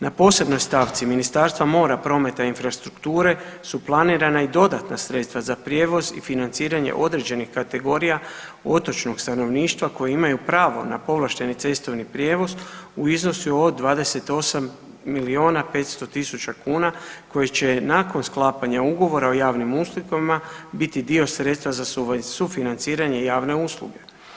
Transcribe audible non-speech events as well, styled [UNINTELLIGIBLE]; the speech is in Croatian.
Na posebnoj stavci Ministarstvo mora, prometa i infrastrukture su planirana i dodatna sredstva za prijevoz i financiranje određenih kategorija otočnog stanovništva koji imaju pravo na povlašteni cestovni prijevoz u iznosu od 28 500 000 kn koji će nakon sklapanja ugovora o javnim ... [UNINTELLIGIBLE] biti dio sredstva za sufinanciranje javne usluge.